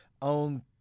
on